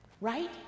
right